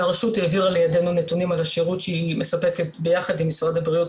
כשהרשות העבירה אלינו נתונים על השירות שהיא מספקת ביחד עם משרד הבריאות